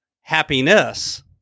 happiness